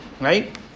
Right